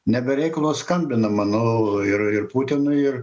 ne be reikalo skambina manau ir ir putinui ir